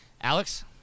Alex